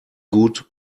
gut